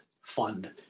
fund